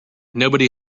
nobody